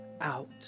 out